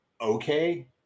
okay